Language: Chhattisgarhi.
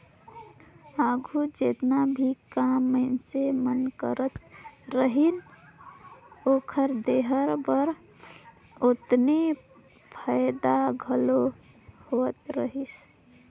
आघु जेतना भी काम मइनसे मन करत रहिन, ओकर देह बर ओतने फएदा घलो होत रहिस